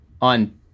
on